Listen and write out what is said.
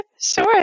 Sure